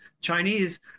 Chinese